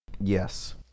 Yes